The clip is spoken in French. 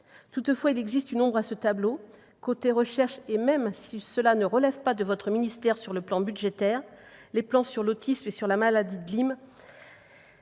ministre, il y a une ombre à ce tableau : côté recherche- même si cela ne relève pas de votre ministère sur le plan budgétaire -, les plans sur l'autisme et la maladie de Lyme